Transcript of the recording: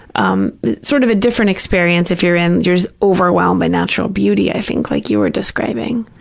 um sort of a different experience if you're in, you're overwhelmed by natural beauty, i think like you were describing.